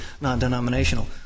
non-denominational